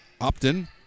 Upton